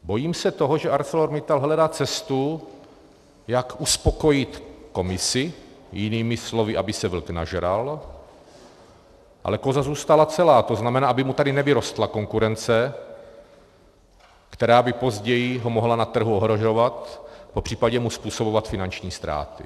Bojím se toho, že ArcelorMittal hledá cestu, jak uspokojit Komisi, jinými slovy, aby se vlk nažral, ale koza zůstala celá, to znamená, aby mu tady nevyrostla konkurence, která by ho později mohla na trhu ohrožovat, popřípadě mu způsobovat finanční ztráty.